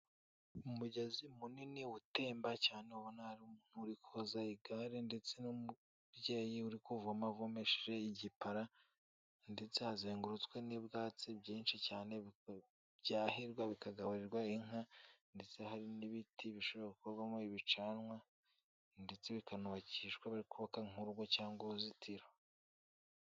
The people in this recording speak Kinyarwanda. Umugezi munini utemba cyane ubona hari umuntu uri koza igare ndetse n'umubyeyi uri kuvoma avomesheje igipara ndetse hazengurutswe n'byatsi byinshi cyane, byahirwa bikagaburirwa inka ndetse hari n'ibiti bishobora gukorwamo ibicanwa ndetse bikanubakishwa bari kubaka nk'urugo cyangwa uruzitiro.